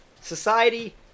society